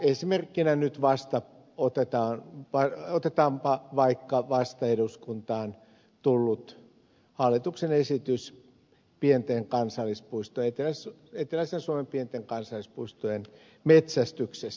esimerkkinä nyt otetaanpa vaikka vasta eduskuntaan tullut hallituksen esitys eteläisen suomen pienten kansallispuistojen metsästyksestä